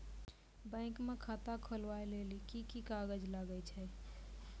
Bank म खाता खोलवाय लेली की की कागज लागै छै?